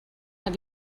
have